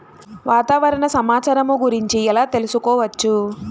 వాతావరణ సమాచారము గురించి ఎలా తెలుకుసుకోవచ్చు?